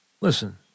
listen